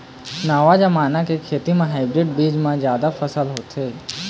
नवा जमाना के खेती म हाइब्रिड बीज म जादा फसल होथे